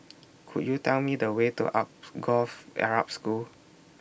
Could YOU Tell Me The Way to Alsagoff Arab School